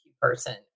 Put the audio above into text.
person